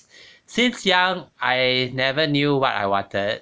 since young I never knew what I wanted